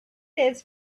days